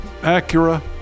Acura